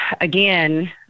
again